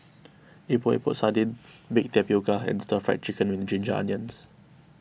Epok Epok Sardin Baked Tapioca and Stir Fried Chicken with Ginger Onions